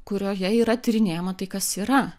kurioje yra tyrinėjama tai kas yra